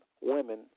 women